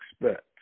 expect